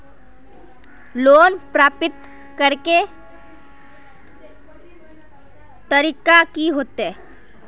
Loan प्राप्त करे के तरीका की होते?